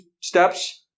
steps